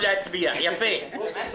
מונה לתפקיד שר החוץ.